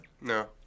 No